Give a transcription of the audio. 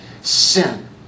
sin